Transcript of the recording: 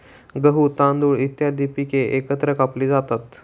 गहू, तांदूळ इत्यादी पिके एकत्र कापली जातात